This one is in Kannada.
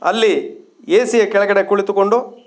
ಅಲ್ಲಿ ಎ ಸಿಯ ಕೆಳಗಡೆ ಕುಳಿತುಕೊಂಡು